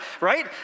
right